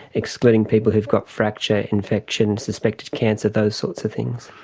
excluding people who've got fracture, infection, suspected cancer, those sorts of things.